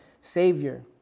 Savior